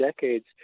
decades